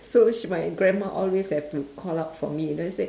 so she my grandma always have to call out for me then I say